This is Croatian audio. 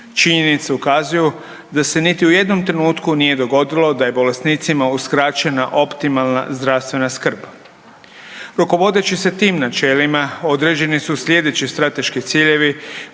Činjenice ukazuju da se niti u jednom trenutku nije dogodilo da je bolesnicima uskraćena optimalna zdravstvena skrb. Rukovodeći se tim načelima, određeni su slijedeći strateški ciljevi